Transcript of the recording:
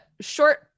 short